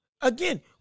Again